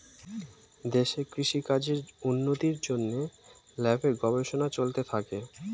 দেশে কৃষি কাজের উন্নতির জন্যে ল্যাবে গবেষণা চলতে থাকে